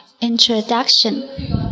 Introduction